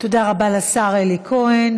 תודה רבה לשר אלי כהן.